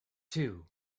two